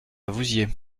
vouziers